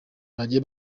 bagiye